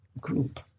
group